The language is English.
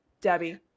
debbie